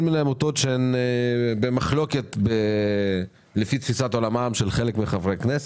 שמות של כל מיני עמותות שהן במחלוקת לפי תפיסת עולמם של חלק מחברי הכנסת.